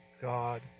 God